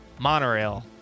monorail